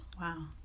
Wow